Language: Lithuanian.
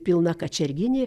pilna kačerginė